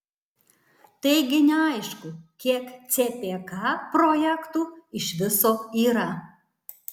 taigi neaišku kiek cpk projektų iš viso yra